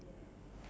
ya